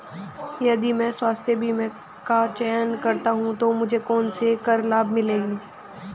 यदि मैं स्वास्थ्य बीमा का चयन करता हूँ तो मुझे कौन से कर लाभ मिलेंगे?